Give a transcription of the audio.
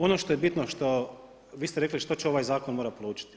Ono što je bitno što, vi ste rekli što će ovaj Zakon morat proučiti.